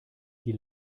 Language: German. die